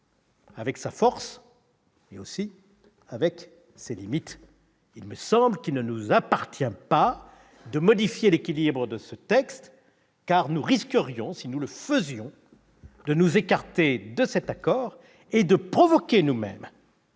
avec sa force, mais aussi avec ses limites. Il me semble qu'il ne nous appartient pas de modifier l'équilibre de ce texte, car nous risquerions, si nous le faisions, de nous écarter de cet accord et de provoquer nous-mêmes